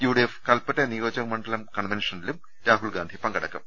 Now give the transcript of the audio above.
U D F Kalpetta നിയോ ജക മണ്ഡലം കൺവൻഷനിലും രാഹുൽഗാന്ധി പങ്കെടുക്കും